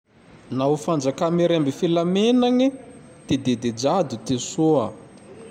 Nao fanjaka miremby filaminagne! Ty didy jado ty soa.